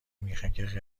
میخک